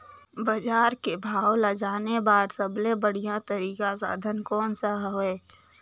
बजार के भाव ला जाने बार सबले बढ़िया तारिक साधन कोन सा हवय?